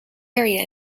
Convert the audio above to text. area